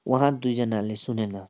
उहाँ दुईजनाले सुनेन